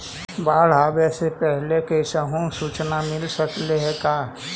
बाढ़ आवे से पहले कैसहु सुचना मिल सकले हे का?